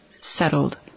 settled